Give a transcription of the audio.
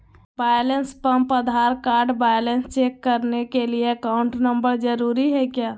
Balance pump Aadhaar card balance check करने के लिए अकाउंट नंबर जरूरी है क्या?